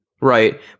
Right